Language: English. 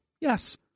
Yes